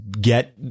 get